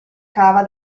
cava